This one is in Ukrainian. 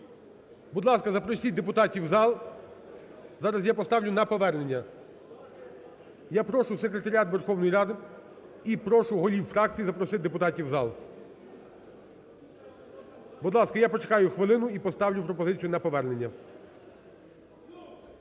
Будь ласка, запросіть депутатів в зал. Зараз я поставлю на повернення. Я прошу Секретаріат Верховної Ради і прошу голів фракцій запросити депутатів в зал. Будь ласка, я почекаю хвилину і поставлю пропозицію на повернення.